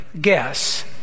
guess